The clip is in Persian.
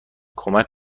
کمک